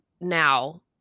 now